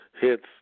hits